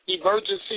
emergency